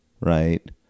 right